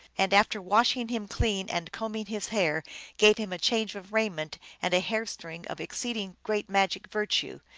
and after washing him clean and combing his hair gave him a change of raiment and a hair string of exceeding great magic virtue,